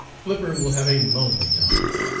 flipper will have a lonely time.